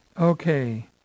Okay